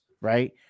right